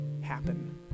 happen